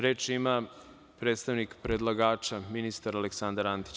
Reč ima predstavnik predlagača, ministar Aleksandar Antić.